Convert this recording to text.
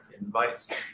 invites